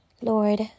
Lord